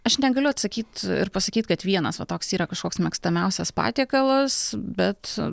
aš negaliu atsakyt ir pasakyt kad vienas va toks yra kažkoks mėgstamiausias patiekalas bet